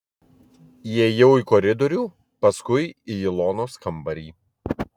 įėjau į koridorių paskui į ilonos kambarį